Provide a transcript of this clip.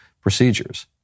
procedures